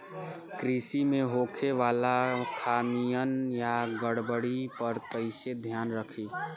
कृषि में होखे वाला खामियन या गड़बड़ी पर कइसे ध्यान रखि?